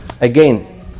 Again